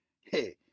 hey